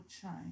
change